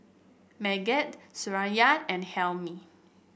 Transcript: Megat Suraya and Hilmi